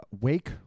wake